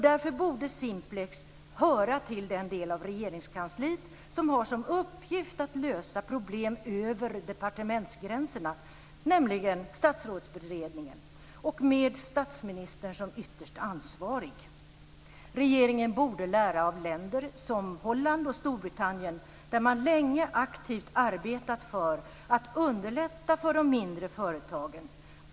Därför borde Simplex höra till den del av Regeringskansliet som har till uppgift att lösa problem över departementsgränserna, nämligen Statsrådsberedningen och med statsministern som ytterst ansvarig. Regeringen borde lära av länder som Holland och Storbritannien, där man länge arbetat aktivt för att underlätta för de mindre företagen.